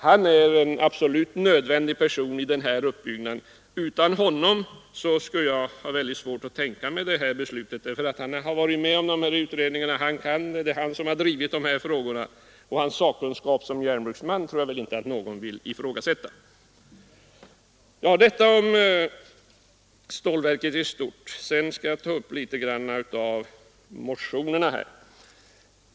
Han är en helt nödvändig person i denna uppbyggnad — utan honom skulle jag ha svårt att tänka mig det här beslutet. Han har varit med om utredningarna, det är han som drivit dessa frågor, och hans sakkunskap som järnbruksman tror jag inte att någon vill ifrågasätta. — Detta om stålverket i stort. Jag skall också något beröra motionerna.